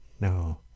no